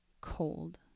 Cold